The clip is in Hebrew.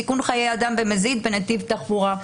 סיכון חיי אדם במזיד בנתיב תחבורה,